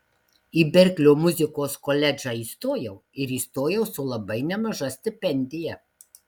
į berklio muzikos koledžą įstojau ir įstojau su labai nemaža stipendija